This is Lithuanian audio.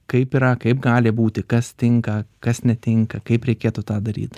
kaip yra kaip gali būti kas tinka kas netinka kaip reikėtų tą daryt